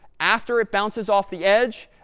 after it bounces off the edge,